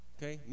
Okay